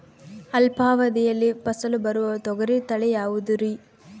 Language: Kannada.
ಅಲ್ಪಾವಧಿಯಲ್ಲಿ ಫಸಲು ಬರುವ ತೊಗರಿ ತಳಿ ಯಾವುದುರಿ?